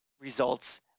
results